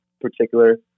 particular